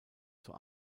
zur